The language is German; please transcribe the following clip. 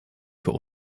für